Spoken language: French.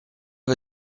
est